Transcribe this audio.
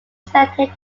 selected